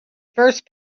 first